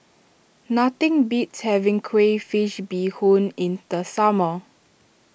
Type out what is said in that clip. nothing beats having Crayfish BeeHoon in the summer